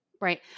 right